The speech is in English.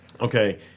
Okay